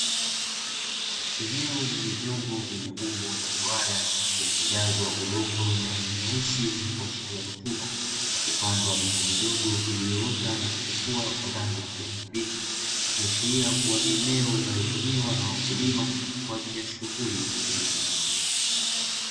Eneo lenye umbo la duara lililojazwa udongo wenye rangi nyeusi wenye kuashiria rutuba, ikipandwa miche midogo iliyoota na kuchepua kwa rangi ya kijani kibichi ikiashiria kuwa ni eneo linalotumiwa na wakulima kwa ajili ya shughuli ya kilimo.